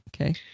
Okay